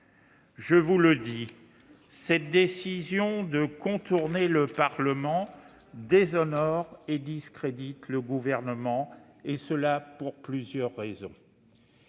Je vous le dis : cette décision de contourner le Parlement déshonore et discrédite le Gouvernement, et ce pour plusieurs raisons.